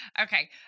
Okay